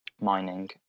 mining